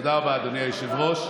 תודה רבה, אדוני היושב-ראש.